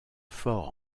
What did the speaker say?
fort